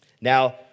Now